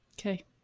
Okay